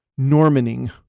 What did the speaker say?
Normaning